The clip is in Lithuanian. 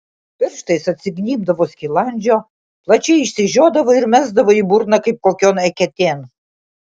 pirštais atsignybdavo skilandžio plačiai išsižiodavo ir mesdavo į burną kaip kokion eketėn